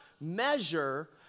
measure